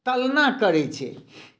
तुलना करै छै